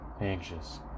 anxious